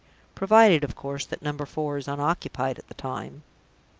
provided, of course, that number four is unoccupied at the time.